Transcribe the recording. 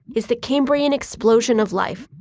is the cambrian explosion of life,